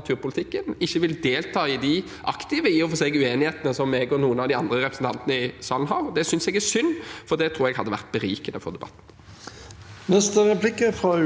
ikke vil delta i de i og for seg aktive uenighetene som jeg og noen av de andre representantene i salen har. Det synes jeg er synd, for det tror jeg hadde vært berikende for debatten.